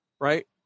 right